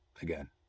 Again